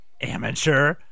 amateur